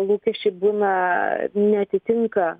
lūkesčiai būna neatitinka